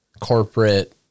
corporate